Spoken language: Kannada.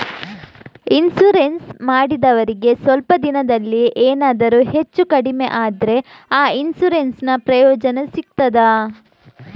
ಇನ್ಸೂರೆನ್ಸ್ ಮಾಡಿದವರಿಗೆ ಸ್ವಲ್ಪ ದಿನದಲ್ಲಿಯೇ ಎನಾದರೂ ಹೆಚ್ಚು ಕಡಿಮೆ ಆದ್ರೆ ಆ ಇನ್ಸೂರೆನ್ಸ್ ನ ಪ್ರಯೋಜನ ಸಿಗ್ತದ?